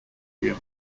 gym